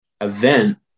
event